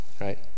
right